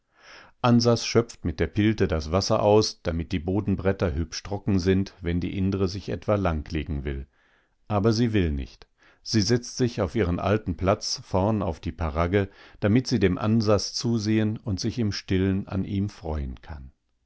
ansas schöpft mit der pilte das wasser aus damit die bodenbretter hübsch trocken sind wenn die indre sich etwa langlegen will aber sie will nicht sie setzt sich auf ihren alten platz vorn auf die paragge damit sie dem ansas zusehen und sich im stillen an ihm freuen kann